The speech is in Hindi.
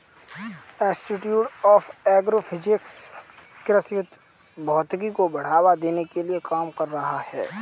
इंस्टिट्यूट ऑफ एग्रो फिजिक्स कृषि भौतिकी को बढ़ावा देने के लिए काम कर रहा है